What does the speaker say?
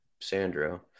Sandro